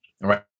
right